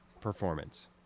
performance